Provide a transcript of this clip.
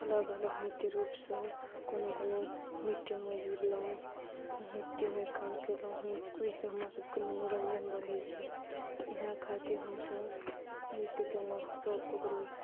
अलग अलग नृत्य रूपसँ कोनो कोनो नृत्यमे जुड़लहुॅं नृत्यमे काम केलहुॅं हुनके हमरा सभके मनोरञ्जन बढ़ै छै इहए खातिर हमसभ नृत्य केलहुॅं सभ ककरो